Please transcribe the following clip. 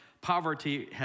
poverty